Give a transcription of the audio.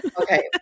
Okay